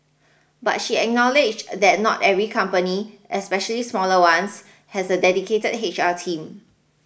but she acknowledged that not every company especially smaller ones has a dedicated H R team